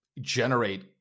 generate